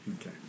Okay